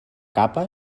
capa